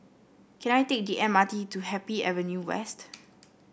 can I take the M R T to Happy Avenue West